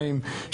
התשפ"ג 2022,